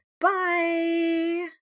Bye